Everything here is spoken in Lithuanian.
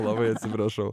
labai atsiprašau